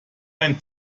ein